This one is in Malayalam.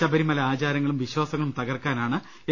ശബരിമല ആചാരങ്ങളും വിശ്വാസങ്ങളും തകർക്കാനാണ് എൽ